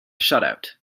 shutout